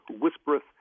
whispereth